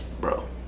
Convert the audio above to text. bro